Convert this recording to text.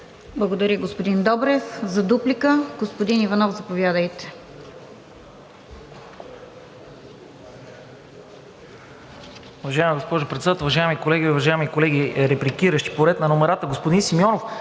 Благодаря, господин Добрев. За дуплика – господин Иванов, заповядайте.